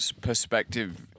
perspective